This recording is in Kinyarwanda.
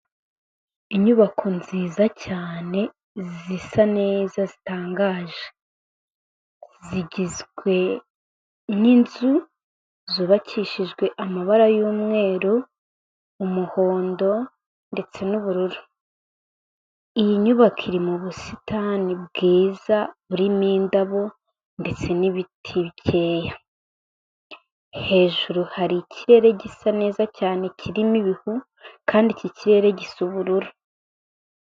Inyubako nziza cyane zisa neza zitangaje, zigizwe n'inzu zubakishijwe amabara y'umweru, umuhondo ndetse n'ubururu, iyi nyubako iri mu busitani bwiza burimo indabo ndetse n'ibiti bikeya, hejuru hari ikirere gisa neza cyane kirimo ibihu, kandi iki kirere gisa ubururu.